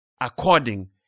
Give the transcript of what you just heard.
According